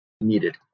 needed